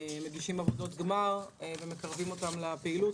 מגישים עבודות גמר ומקרבים אותם לפעילות.